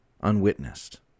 unwitnessed